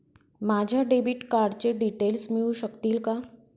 माझ्या डेबिट कार्डचे डिटेल्स मिळू शकतील का?